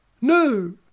No